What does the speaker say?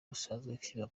busanzwe